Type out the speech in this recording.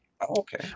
Okay